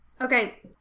Okay